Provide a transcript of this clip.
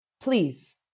Please